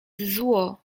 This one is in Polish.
zło